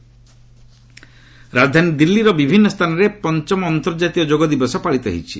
overall Delhi yoga ରାଜଧାନୀ ଦିଲ୍ଲୀର ବିଭିନ୍ନ ସ୍ଥାନରେ ପଞ୍ଚମ ଅନ୍ତର୍ଜାତୀୟ ଯୋଗ ଦିବସ ପାଳିତ ହେଉଛି